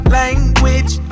language